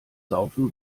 saufen